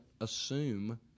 assume